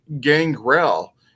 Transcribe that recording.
Gangrel